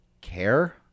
care